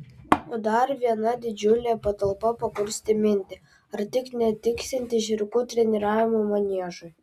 o dar viena didžiulė patalpa pakurstė mintį ar tik netiksianti žirgų treniravimo maniežui